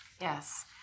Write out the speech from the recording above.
yes